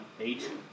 eight